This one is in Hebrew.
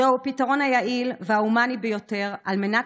זהו הפתרון היעיל וההומני ביותר על מנת